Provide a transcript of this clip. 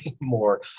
more